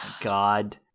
God